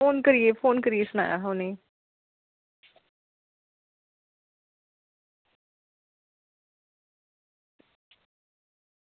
phone करियै phone करियै सनाया हा उ'नेंगी